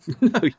No